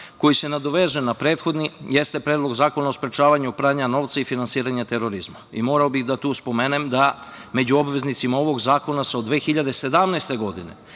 koji se nadovezuje na prethodni jeste Predlog zakona o sprečavanju pranja novca i finansiranja terorizma. Morao bih tu da spomenem da među obveznica ovog zakona se od 2017. godine